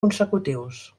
consecutius